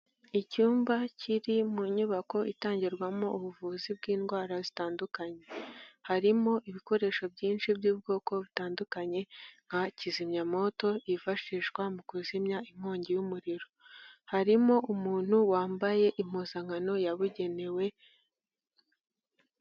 Icyumba kiri mu nyubako itangirwamo ubuvuzi bw'indwara zitandukanye. Harimo ibikoresho byinshi by'ubwoko butandukanye, nka kizimyamowoto yifashishwa mu kuzimya inkongi y'umuriro, harimo umuntu wambaye impuzankano yabugenewe.